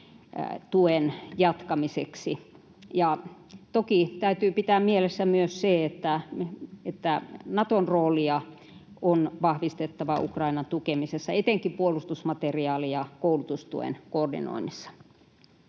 tuen jatkamiseksi. Toki täytyy pitää mielessä myös se, että Naton roolia on vahvistettava Ukrainan tukemisessa etenkin puolustusmateriaali- ja koulutustuen koordinoinnissa.